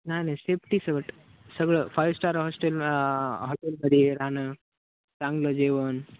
नाही नाही सेफ्टी सकट सगळं फायव्ह स्टार हॉस्टेल हॉटेलमध्ये राहणं चांगलं जेवण